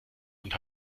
und